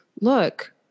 look